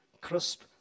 crisp